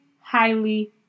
highly